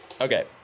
Okay